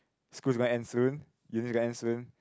school's gonna end soon uni gonna end soon